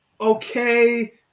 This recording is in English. okay